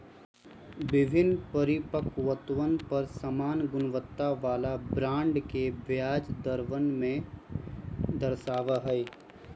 विभिन्न परिपक्वतवन पर समान गुणवत्ता वाला बॉन्ड के ब्याज दरवन के दर्शावा हई